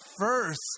first